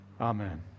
Amen